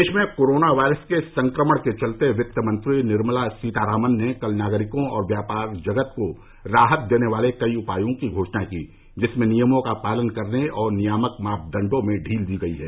देश में corona virus के संक्रमण के चलते वित्तमंत्री निर्मला सीतारामन ने कल नागरिकों और व्यापार जगत को राहत देने वाले कई उपायों की घोषणा की जिनमें नियमों का पालन करने और नियामक मापदंडों में ढील दी गई है